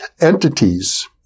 entities